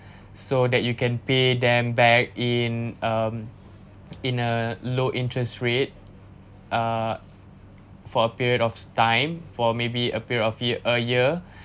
so that you can pay them back in um in a low interest rate uh for a period of time for maybe a period of year a year